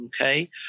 Okay